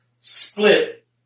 split